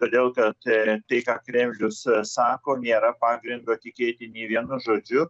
todėl kad tai ką kremlius sako nėra pagrindo tikėti nė vienu žodžiu